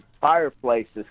fireplaces